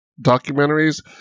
documentaries